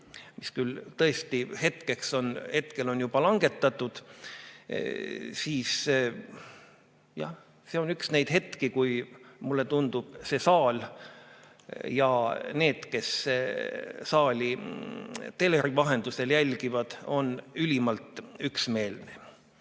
mis küll tõesti hetkel on juba langetatud. Jah, see on üks neid hetki, kui mulle tundub, et see saal ja need, kes saali teleri vahendusel jälgivad, on ülimalt üksmeelsed.